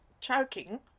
choking